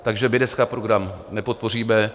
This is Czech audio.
Takže my dneska program nepodpoříme.